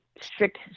strict